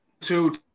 two